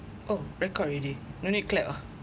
oh record already no need clap ah